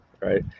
right